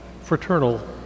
fraternal